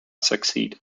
succeed